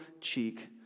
cheek